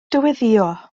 dyweddïo